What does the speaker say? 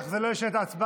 אך זה לא ישנה את ההצבעה,